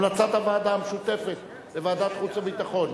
המלצת הוועדה המשותפת לוועדת החוץ והביטחון.